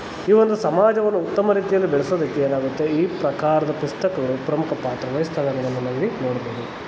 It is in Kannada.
ಈ ಒಂದು ಸಮಾಜವನ್ನು ಉತ್ತಮ ರೀತಿಯಲ್ಲಿ ಬೆಳೆಸೋದಕ್ಕೆ ಏನಾಗುತ್ತೆ ಈ ಪ್ರಕಾರದ ಪುಸ್ತಕಗಳು ಪ್ರಮುಖ ಪಾತ್ರವಹಿಸ್ತವೆ ಅನ್ನೋದನ್ನು ನಾವಿಲ್ಲಿ ನೋಡ್ಬೌದು